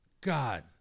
God